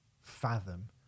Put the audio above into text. fathom